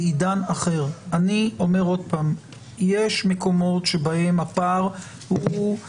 אני אומר שוב שיש מקומות בהם הפער הוא כזה